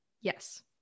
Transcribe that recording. Yes